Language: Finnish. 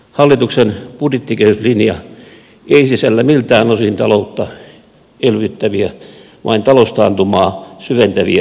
hallituksen budjettikehyslinja ei sisällä miltään osin taloutta elvyttäviä vain taloustaantumaa syventäviä elementtejä